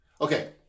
Okay